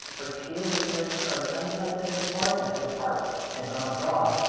for tales of the registrar's unprecedented hardness of heart had gone abroad,